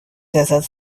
desert